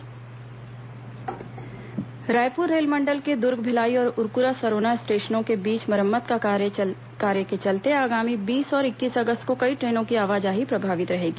mega block Raipur रेलमंडल के दुर्ग भिलाई और उरकुरा सरोना स्टेशनों के बीच मरम्मत कार्य के चलते आगामी बीस और इक्कीस अगस्त को कई ट्रेनों की आवाजाही प्रभावित रहेगी